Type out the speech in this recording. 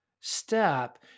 step